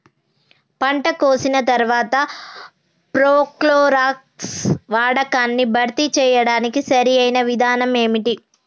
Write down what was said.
పంట కోసిన తర్వాత ప్రోక్లోరాక్స్ వాడకాన్ని భర్తీ చేయడానికి సరియైన విధానం ఏమిటి?